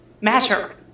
matter